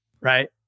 right